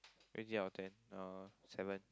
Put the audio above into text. rate me out ten uh seven